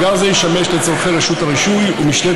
מאגר זה ישמש לצורכי רשות הרישוי ומשטרת